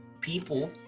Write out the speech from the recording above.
people